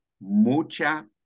mucha